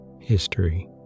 History